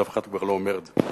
אז אף אחד כבר לא אומר את זה.